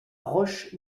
roche